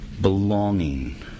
belonging